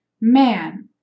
man